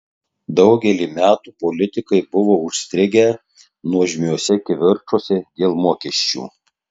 daugelį metų politikai buvo užstrigę nuožmiuose kivirčuose dėl mokesčių